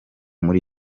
muri